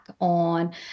on